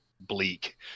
bleak